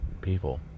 people